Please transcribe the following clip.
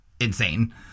insane